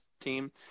team